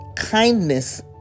kindness